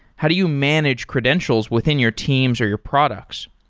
how do you manage credentials within your teams or your products?